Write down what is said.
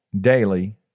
daily